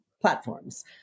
platforms